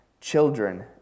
children